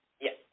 Yes